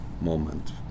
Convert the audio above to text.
moment